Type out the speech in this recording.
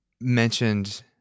mentioned